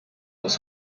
was